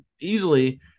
easily